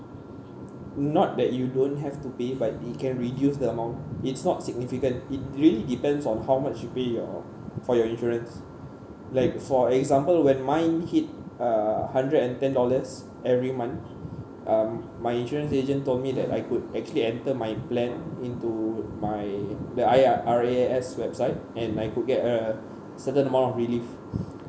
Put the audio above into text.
not that you don't have to pay but you can reduce the amount it's not significant it really depends on how much you pay your for your insurance like for example when mine hit uh hundred and ten every month uh my insurance agent told me that I could actually enter my plan into my the I_R I_R_S website and I could get a certain amount of relief